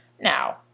now